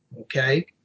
Okay